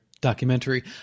documentary